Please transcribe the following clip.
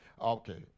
Okay